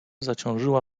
zaciążyła